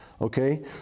okay